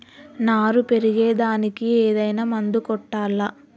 నారు పెరిగే దానికి ఏదైనా మందు కొట్టాలా?